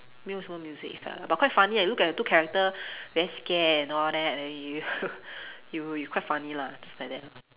没有什么：mei you shen me music effect lah but quite funny eh you look at the two character very scared and all that and you it will be quite funny lah just like that lah